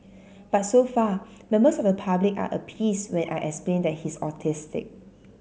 but so far members of the public are appeased when I explain that he's autistic